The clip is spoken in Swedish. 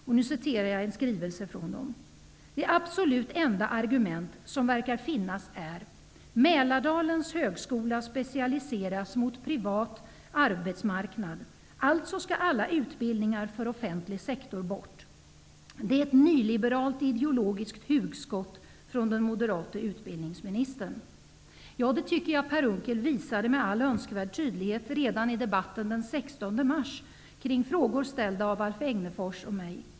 Jag skall citera en skrivelse därifrån: ''Det absolut enda argument som verkar finnas är: Mälardalens högskola specialiseras mot privat arbetsmarknad, alltså skall alla utbildningar för offentlig sektor bort. Det är ett nyliberalt ideologiskt hugskott från den moderate utbildningsministern.'' Ja, detta tycker jag att Per Unckel visade med all önskvärd tydlighet redan i debatten den 16 mars kring frågor ställda av Alf Egnerfors och mig.